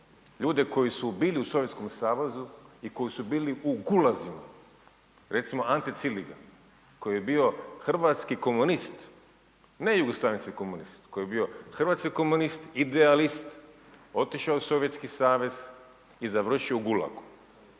Ljude koji su bili u Sovjetskom savezu i koji su bili u gulazima. Recimo, Ante Ciliga, koji je bio hrvatski komunist. Ne jugoslavenski komunist. Koji je bio hrvatski komunist, idealist, otišao je u Sovjetski savez i završio u gulagu.